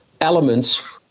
elements